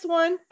one